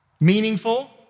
meaningful